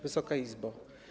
Wysoka Izbo!